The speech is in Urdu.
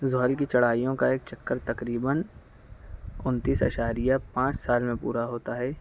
زحل کی چڑھائیوں کا ایک چکر تقریباً انتیس اعشاریہ پانچ سال میں پورا ہوتا ہے